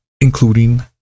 including